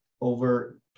over